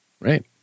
Right